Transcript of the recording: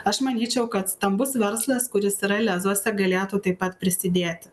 aš manyčiau kad stambus verslas kuris yra lezuose galėtų taip pat prisidėti